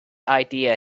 idea